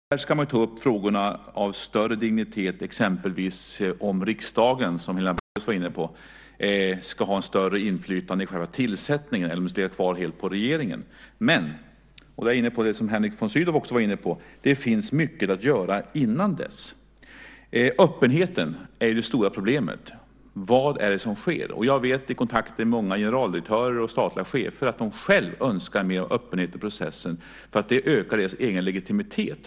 Där ska man ta upp frågor av större dignitet, exempelvis om riksdagen, som Helena Bargholtz var inne på, ska ha ett större inflytande i själva tillsättningen eller om det ska ligga kvar hos regeringen. Men, och då är jag inne på det som Henrik von Sydow också var inne på, det finns mycket att göra innan dess. Öppenheten är ju det stora problemet. Vad är det som sker? Jag vet genom kontakter med många generaldirektörer och statliga chefer att de själva önskar mer öppenhet i processen, för det ökar deras egen legitimitet.